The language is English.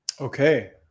Okay